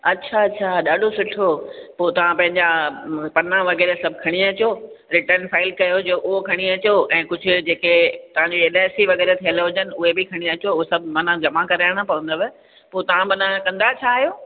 अच्छा अच्छा ॾाढो सुठो पोइ तव्हां पंहिंजा पना वग़ैरह सभु खणी अचो रिटर्न फाइल कयो हुजेव उहो खणी अचो ऐं कुझु जेके तव्हांजी एल आइ सी थियलु हुजनि उहे बि खणी अचो उहो सभु माना जमा कराइणा पवंदव पोइ तव्हां माना कंदा छा आहियो